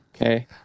Okay